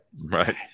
Right